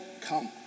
come